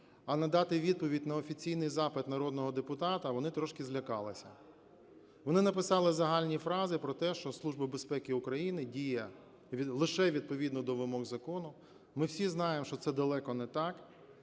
а надати відповідь на офіційний запит народного депутата вони трошки злякалися. Вони написали загальні фрази про те, що Служба безпеки України діє лише відповідно до вимог закону. Ми всі знаємо, що це далеко не так.